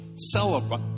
celebrate